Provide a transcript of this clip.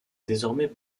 désormais